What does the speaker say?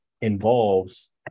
involves